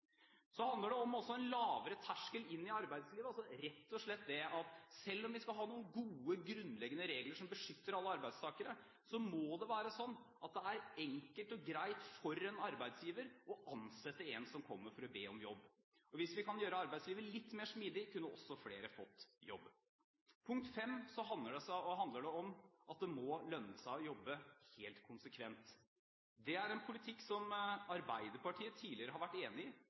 Så handler det også om en lavere terskel inn i arbeidslivet, altså rett og slett det at selv om vi skal ha noen gode, grunnleggende regler som beskytter alle arbeidstakere, må det være slik at det er enkelt og greit for en arbeidsgiver å ansette en som kommer for å be om jobb. Hvis vi kan gjøre arbeidslivet litt mer smidig, kunne også flere fått jobb. Punkt fem handler om at det må lønne seg å jobbe, helt konsekvent. Det er en politikk som Arbeiderpartiet tidligere har vært enig i,